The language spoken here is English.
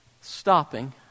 stopping